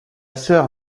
sœur